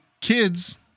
kids